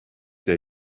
der